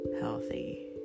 healthy